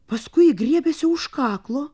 paskui ji griebėsi už kaklo